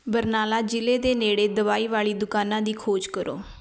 ਬਰਨਾਲਾ ਜ਼ਿਲ੍ਹੇ ਦੇ ਨੇੜੇ ਦਵਾਈ ਵਾਲੀ ਦੁਕਾਨਾਂ ਦੀ ਖੋਜ ਕਰੋ